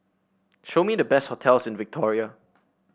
show me the best hotels in Victoria